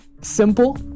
simple